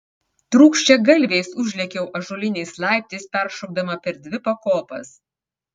trūkčiagalviais užlėkiau ąžuoliniais laiptais peršokdama per dvi pakopas